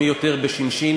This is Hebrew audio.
מי יותר בשינשינים,